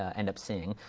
ah end up seeing,